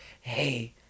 hey